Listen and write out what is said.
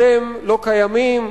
אתם לא קיימים,